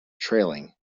trailing